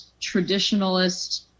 traditionalist